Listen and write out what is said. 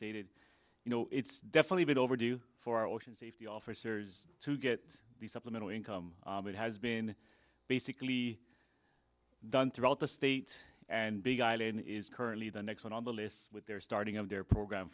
stated you know it's definitely been overdue for ocean safety officers to get the supplemental income that has been basically done throughout the state and big island is currently the next one on the list with their starting of their program